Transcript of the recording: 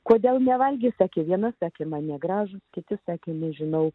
kodėl nevalgysi kiekvieną tekina negražūs kiti sakė nežinau